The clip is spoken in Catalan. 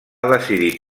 decidit